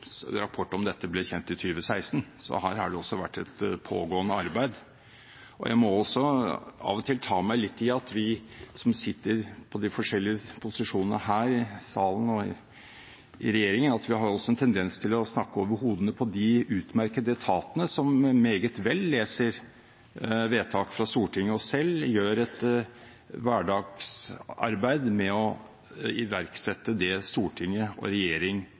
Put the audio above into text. rapport om dette ble kjent i 2016, så her har det også vært et pågående arbeid. Jeg må også av og til ta meg litt i at vi som sitter på de forskjellige posisjonene her i salen og i regjeringen, har en tendens til å snakke over hodene på de utmerkede etatene som meget vel leser vedtak fra Stortinget og selv gjør et hverdagsarbeid med å iverksette det storting og regjering